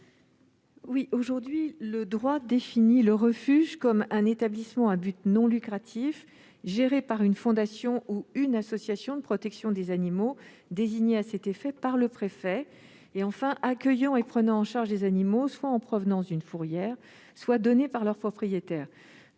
? Aujourd'hui, le droit définit le refuge comme un établissement à but non lucratif géré par une fondation ou une association de protection des animaux désignée à cet effet par le préfet et, enfin, accueillant et prenant en charge des animaux, soit en provenance d'une fourrière, soit donnés par leur propriétaire.